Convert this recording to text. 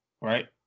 right